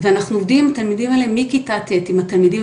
ואנחנו עובדים עם התלמידים האלה מכיתה ט' עם התלמידים